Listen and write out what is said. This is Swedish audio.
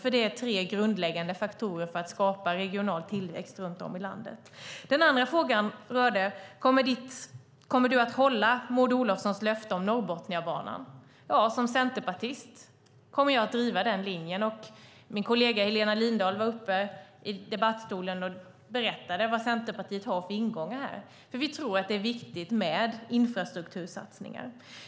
Det är tre grundläggande faktorer för att skapa regional tillväxt runt om i landet. Sedan var det en fråga om jag kommer att hålla Maud Olofssons löfte om Norrbotniabanan. Som centerpartist kommer jag att driva den linjen. Min kollega Helena Lindahl berättade i talarstolen vad Centerpartiet har för ingångar. Vi tror att det är viktigt med infrastruktursatsningar.